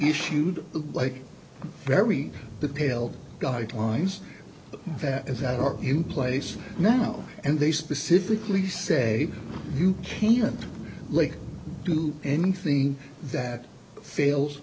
issued like very pale guidelines that is that are in place now and they specifically say you can't do anything that fails